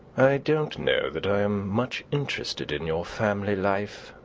i don't know that i am much interested in your family life,